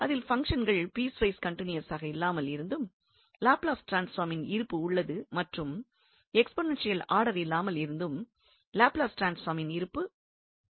அதில் பங்ஷன்கள் பீஸ்வைஸ் கண்டினுவஸாக இல்லாமல் இருந்தும் லாப்லஸ் ட்ரான்ஸ்பார்மின் இருப்பு உள்ளது மற்றும் எக்ஸ்போனேன்ஷியல் ஆடர் இல்லாமல் இருந்தும் லாப்லஸ் ட்ரான்ஸ்பார்மின் இருப்பு உள்ளது